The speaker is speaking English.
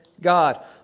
God